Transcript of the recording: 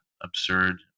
absurd